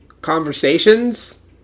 conversations